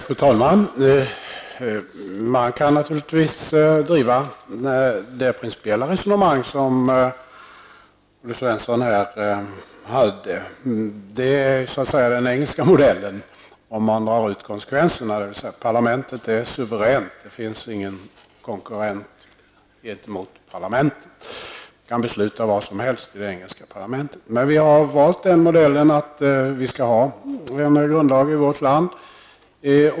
Fru talman! Man kan naturligtvis driva det principiella resonemang som Olle Svensson här förde. Det är så att säga den engelska modellen om man drar ut konsekvenserna, dvs. parlamentet är suveränt. Det finns ingen konkurrent gentemot parlamentet. I det engelska parlamentet kan man besluta vad som helst. Men vi har i Sverige valt den modellen att det skall finnas en grundlag i vårt land.